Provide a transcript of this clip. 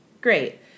Great